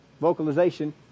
vocalization